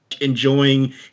enjoying